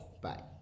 Bye